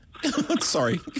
Sorry